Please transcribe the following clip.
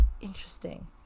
interesting